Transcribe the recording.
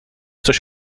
coś